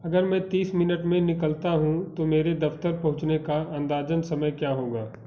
अगर मैं तीस मिनट में निकलता हूँ तो मेरे दफ़्तर पहुँचने का अंदाजन समय क्या होगा